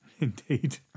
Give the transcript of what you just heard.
indeed